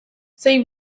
sei